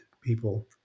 people